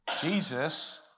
Jesus